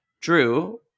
Drew